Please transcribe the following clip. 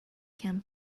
can